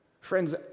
Friends